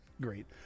great